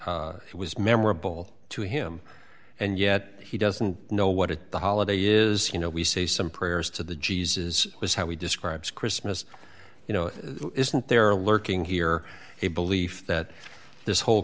was memorable to him and yet he doesn't know what the holiday is you know we say some prayers to the jesus was how he describes christmas you know isn't there a lurking here a belief that this whole